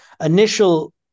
initial